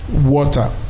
water